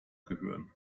gehören